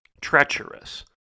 treacherous